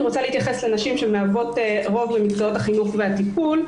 אני רוצה להתייחס לנשים שמהוות רוב במקצועות החינוך והטיפול,